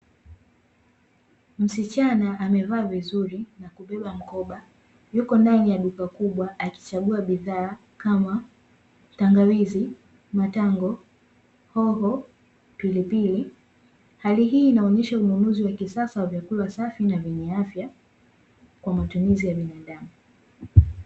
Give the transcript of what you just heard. Msichana amevaa vizuri na kubeba mkoba, yuko ndani ya duka kubwa akichagua bidhaa kama tangawizi, matango, hoho, pilipili. Hali hii inaonyesha ununuzi wa kisasa wa vyakula safi na vyenye afya, kwa matumizi ya binadamu.